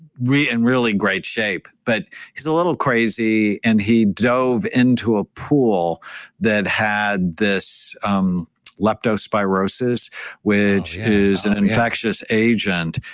really and really great shape, but he's a little crazy. and he drove into a pool that had this um leptospirosis which is an infectious agent.